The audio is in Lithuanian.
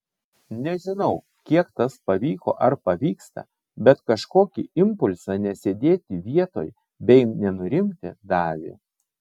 nežinau kiek tas pavyko ar pavyksta bet kažkokį impulsą nesėdėti vietoj bei nenurimti davė